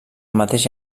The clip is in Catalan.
mateix